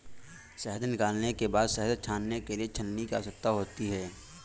शहद निकालने के बाद शहद छानने के लिए छलनी की आवश्यकता होती है